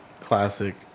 Classic